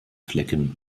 flecken